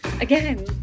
again